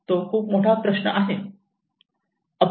तो खूप मोठा प्रश्न आहे